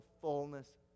fullness